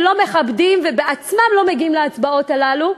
מכבדים ובעצמם לא מגיעים להצבעות הללו,